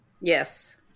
Yes